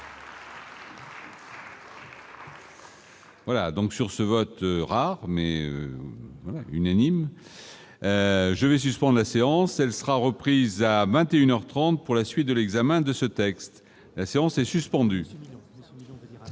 Voilà donc sur ce vote mais unanimes : je vais suspend la séance, elle sera reprise à 21 heures 30 pour la la suite de l'examen de ce texte, la séance est suspendue,